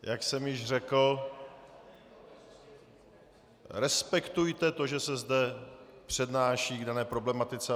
Jak jsem již řekl, respektujte to, že se zde přednáší k dané problematice.